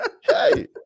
hey